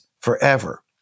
forever